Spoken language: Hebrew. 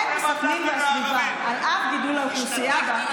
אין בסח'נין והסביבה, רק שנייה,